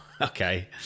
Okay